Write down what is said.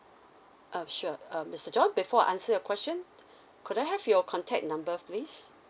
uh sure um mister john before I answer your question could I have your contact number please